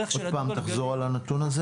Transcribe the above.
חוזר: